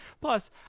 Plus